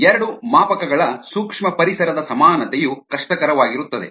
ಎರಡು ಮಾಪಕಗಳ ಸೂಕ್ಷ್ಮಪರಿಸರದ ಸಮಾನತೆಯು ಕಷ್ಟಕರವಾಗಿರುತ್ತದೆ